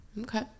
Okay